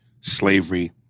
slavery